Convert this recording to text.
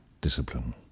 discipline